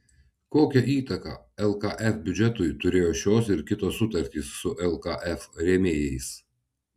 kokią įtaką lkf biudžetui turėjo šios ir kitos sutartys su lkf rėmėjais